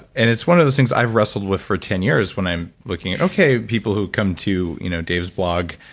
and it's one of those things i've wrestled with for ten years when i'm looking at okay. people who come to you know dave's blog,